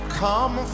come